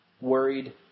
worried